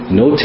no